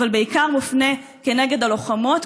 אבל בעיקר מופנה נגד הלוחמות,